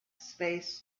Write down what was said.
space